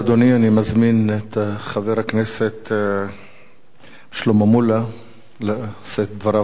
אני מזמין את חבר הכנסת שלמה מולה לשאת את דבריו בנושא.